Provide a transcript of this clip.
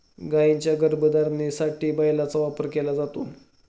गायींच्या गर्भधारणेसाठी बैलाचा वापर केला जातो